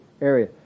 area